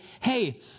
Hey